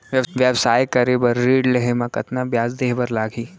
व्यवसाय करे बर ऋण लेहे म कतना ब्याज देहे बर लागही?